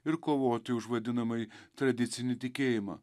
ir kovoti už vadinamąjį tradicinį tikėjimą